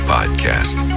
Podcast